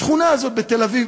השכונה הזו בתל-אביב,